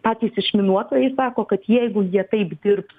patys išminuotojai sako kad jeigu jie taip dirbs